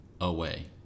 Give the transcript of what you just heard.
away